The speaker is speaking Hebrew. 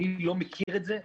אני לא מכיר את זה.